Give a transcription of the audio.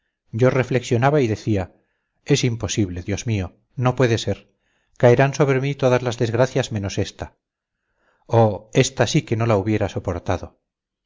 yo reflexionaba y decía es imposible dios mío no puede ser caerán sobre mí todas las desgracias menos esta oh esta sí que no la hubiera soportado